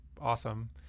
awesome